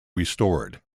restored